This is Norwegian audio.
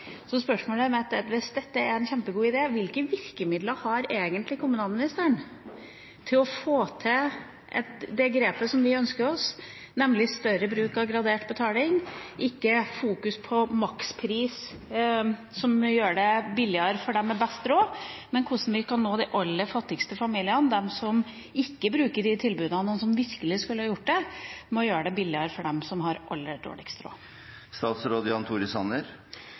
Så spørsmålet mitt er: Hvis dette er en kjempegod idé, hvilke virkemidler har egentlig kommunalministeren for å få til det grepet som vi ønsker oss, nemlig større bruk av gradert betaling – ikke fokusering på makspris, som gjør det billigere for dem med best råd, men hvordan vi kan nå de aller fattigste familiene, dem som ikke bruker de tilbudene og som virkelig skulle gjort det? Vi må gjøre det billigere for dem som har aller